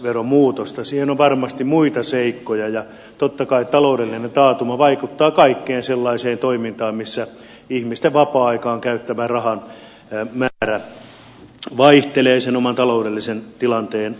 siinä on varmasti muita seikkoja ja totta kai taloudellinen taantuma vaikuttaa kaikkeen sellaiseen toimintaan missä ihmisten vapaa aikaan käyttämän rahan määrä vaihtelee sen oman taloudellisen tilanteen vuoksi